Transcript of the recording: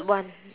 one